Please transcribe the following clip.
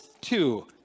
two